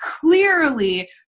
clearly